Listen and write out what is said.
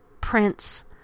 Prince